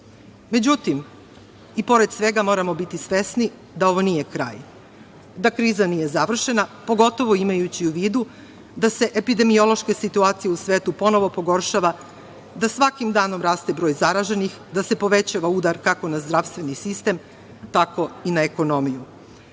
i pored svega moramo biti svesni da ovo nije kraj, da kriza nije završena, pogotovo imajući u vidu da se epidemiološka situacija u svetu ponovo pogoršava, da svakim danom raste broj zaraženih, da se povećava udar kako na zdravstveni sistem, tako i na ekonomiju. Evo,